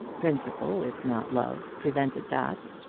principle, if not love, prevented that.